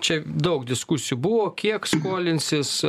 čia daug diskusijų buvo kiek skolinsis